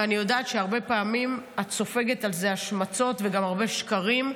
ואני יודעת שהרבה פעמים את סופגת על זה השמצות וגם הרבה שקרים,